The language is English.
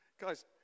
Guys